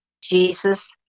Jesus